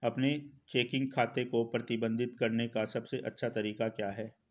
अपने चेकिंग खाते को प्रबंधित करने का सबसे अच्छा तरीका क्या है?